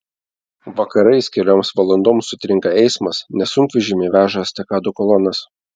vakarais kelioms valandoms sutrinka eismas nes sunkvežimiai veža estakadų kolonas